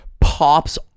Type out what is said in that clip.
pops